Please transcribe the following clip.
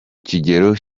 kigero